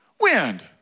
Wind